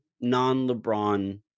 non-LeBron